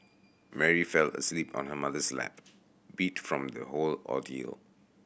Mary fell asleep on her mother's lap beat from the whole ordeal